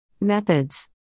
Methods